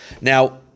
Now